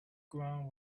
ground